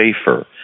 safer